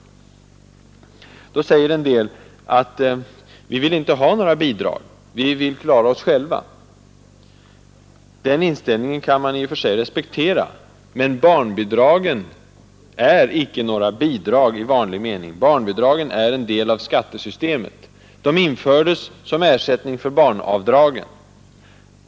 Nu förklarar kanske en del människor: Vi vill inte ha några bidrag, utan vi vill klara oss själva. Den inställningen kan man i och för sig respektera. Men barnbidragen är icke några bidrag i vanlig mening. Barnbidragen är en del av skattesystemet. De infördes som ersättning för barnavdragen.